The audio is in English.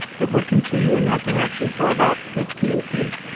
it would continue in that direction for about fifteen feet,